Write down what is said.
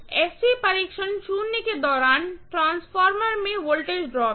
SC परीक्षण शून्य के दौरान ट्रांसफार्मर में वोल्टेज ड्रॉप है